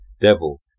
devil